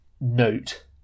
note